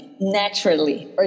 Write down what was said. Naturally